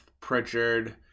Pritchard